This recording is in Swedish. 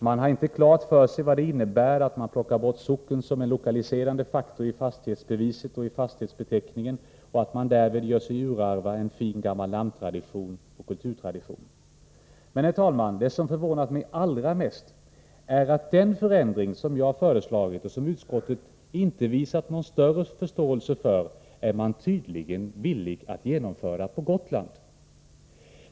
Man har inte klart för sig vad det innebär att man plockar bort socken som en lokaliserande faktor i fastighetsbeteckningen och att man därmed gör sig urarva en fin gammal namntradition och kulturtradition. Men, herr talman, det som förvånat mig allra mest är att den förändring som jag föreslagit och som utskottet inte visat någon större förståelse för är man tydligen villig att genomföra på Gotland.